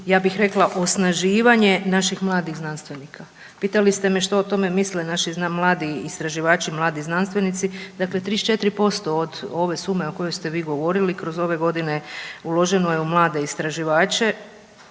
ja bih rekla osnaživanje naših mladih znanstvenika. Pitali ste me što o tome misle naši mladi istraživači, mladi znanstvenici, dakle 34% od ove sume o kojoj ste vi govorili kroz ove godine uloženo je u mlade istraživače